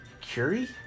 Curie